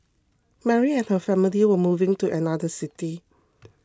Mary and her family were moving to another city